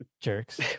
Jerks